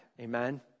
Amen